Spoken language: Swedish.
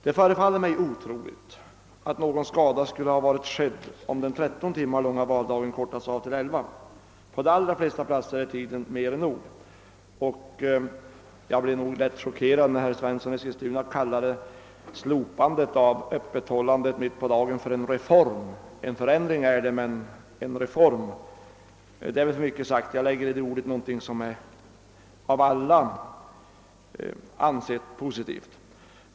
Det förefaller mig otroligt att någon skada skulle ha varit skedd, om den tretton timmar långa valdagen hade kortats av till elva timmar. På de allra fles ta platser är den tiden mer än nog. Jag blev faktiskt lätt chockad när herr Svensson i Eskilstuna kallade slopandet av öppethållandet mitt på dagen en reform. En förändring är det, men en reform är väl för mycket sagt. Jag ser 1 det ordet någonting som av alla anses positivt.